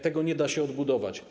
Tego nie da się odbudować.